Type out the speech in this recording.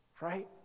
right